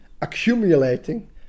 accumulating